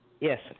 Yes